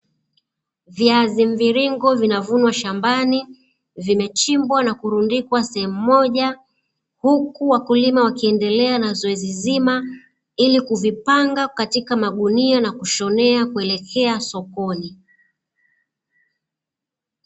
Viazi mviringo vinavunwa shambani, vimechimbwa na kurundikwa shambani sehemu moja, huku wakulima wakiendelea na zoezi zima ili kuvipanga katika magunia na kushonea kuelekea sokoni.